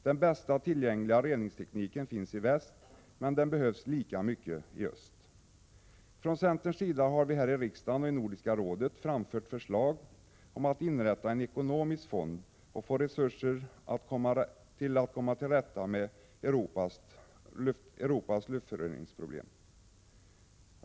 Den bästa tillgängliga reningstekniken finns i väst, men den behövs lika mycket i öst. Från centerns sida har vi här i riksdagen och i Nordiska rådet framfört förslag om att inrätta en ekonomisk fond för att få resurser för att komma till rätta med Europas luftföroreningsproblem.